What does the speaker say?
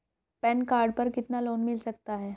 Pan card पर कितना loan मिल सकता है?